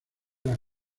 las